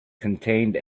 contained